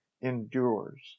endures